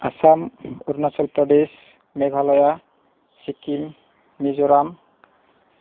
Assam Arunachal Pradesh Meghalaya Sikkim Mizoram